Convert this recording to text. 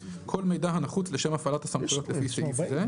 כל מידע הנחוץ לשם הפעלת הסמכויות לפי סעיף זה,